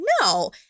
no